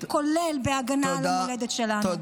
כולל בהגנה על המולדת שלנו.